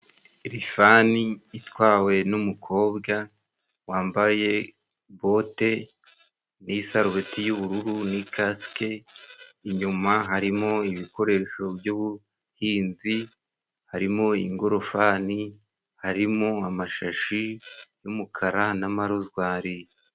Lifani itwawe n'umukobwa wambaye bote n'isarubeti y'ubururu n' ikasike ,inyuma harimo ibikoresho by'ubuhinzi: harimo ingorofani ,harimo amashashi y'umukara, n'amarozwari.